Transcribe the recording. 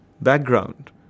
background